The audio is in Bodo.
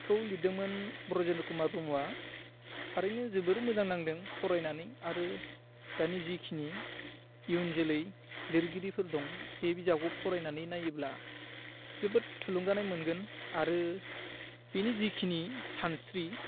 बेखौ लिरदोंमोन ब्रजेन्द्र कुमार ब्रह्मआ थारैनो जोबोद मोजां नांदों फरायनानै आरो दानि जेखिनि इयुनजोलै लिरगिरिफोर दं बे बिजाबखौ फरायनानै नायोब्ला जोबोद थुलुंगानाय मोनगोन आरो बेनि जेखिनि सानस्रि